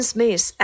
Smith